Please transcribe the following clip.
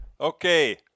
okay